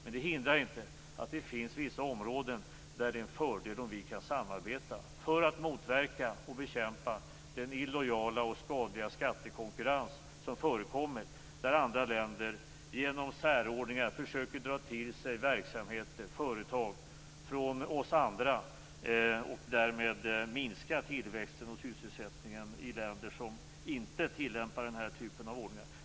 Men det hindrar inte att det finns vissa områden där det är en fördel att vi kan samarbeta för att motverka och bekämpa den illojala och skadliga skattekonkurrens som förekommer där andra länder genom särordningar försöker dra till sig verksamheter och företag från oss andra och därmed minska tillväxten och sysselsättningen i de länder som inte tillämpar den här typen av ordningar.